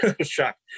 shocked